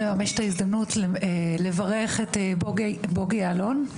בהזדמנות זו אני רוצה לברך את משה בוגי יעלון,